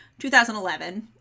2011